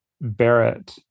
Barrett